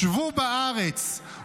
שבו בארץ,